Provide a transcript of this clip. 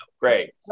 Great